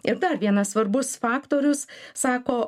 ir dar vienas svarbus faktorius sako